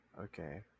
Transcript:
Okay